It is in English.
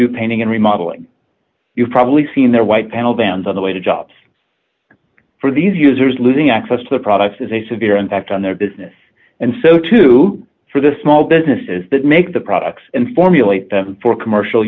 do painting and remodeling you've probably seen their white panel vans on the way to jobs for these users losing access to their products has a severe impact on their business and so too for the small businesses that make the products and formulate them for commercial